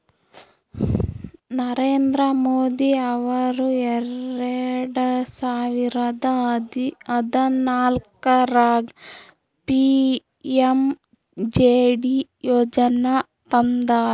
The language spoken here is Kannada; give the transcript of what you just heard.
ನರೇಂದ್ರ ಮೋದಿ ಅವರು ಎರೆಡ ಸಾವಿರದ ಹದನಾಲ್ಕರಾಗ ಪಿ.ಎಮ್.ಜೆ.ಡಿ ಯೋಜನಾ ತಂದಾರ